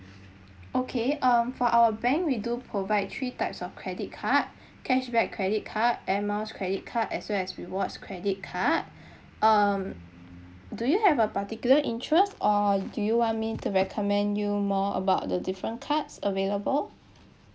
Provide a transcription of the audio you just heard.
okay um for our bank we do provide three types of credit card cashback credit card air miles credit card as well as rewards credit card um do you have a particular interest or do you want me to recommend you more about the different cards available